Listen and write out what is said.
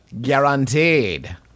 Guaranteed